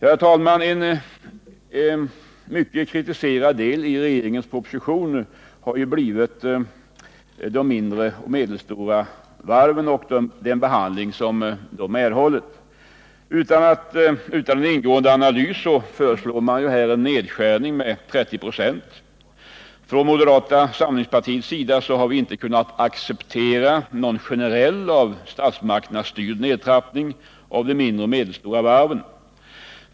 är den behandling de mindre och medelstora varven erhållit. Utan en ingående analys föreslås en nedskärning med 30 96. Från moderata samlingspartiets sida har vi inte kunnat acceptera någon generell av statsmakterna styrd nedtrappning av de mindre och medelstora varven.